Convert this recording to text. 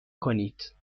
کنید